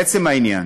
לעצם העניין